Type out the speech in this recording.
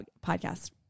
podcast